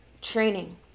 training